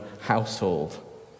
household